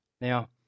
Now